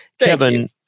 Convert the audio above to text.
Kevin